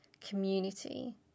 community